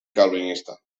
calvinista